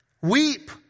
Weep